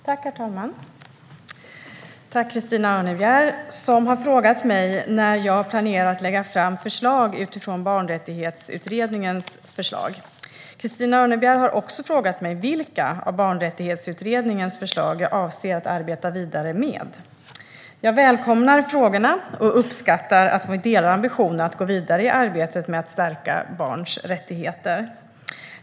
Herr talman! Christina Örnebjär har frågat mig när jag planerar att lägga fram förslag utifrån Barnrättighetsutredningens förslag. Christina Örnebjär har också frågat mig vilka av Barnrättighetsutredningens förslag jag avser att arbeta vidare med. Jag välkomnar frågorna och uppskattar att vi delar ambitionen att gå vidare i arbetet med att stärka barns rättigheter.